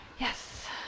Yes